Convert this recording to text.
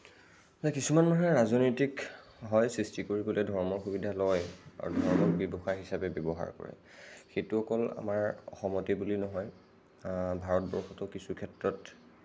কিছুমান মানুহে ৰাজনৈতিক সহায় সৃষ্টি কৰিবলৈ ধৰ্মৰ সুবিধা লয় আৰু ধৰ্মক ব্যৱসায় হিচাপে ব্যৱহাৰ কৰে সেইটো অকল আমাৰ অসমতেই বুলি নহয় ভাৰতবৰ্ষতো কিছু ক্ষেত্ৰত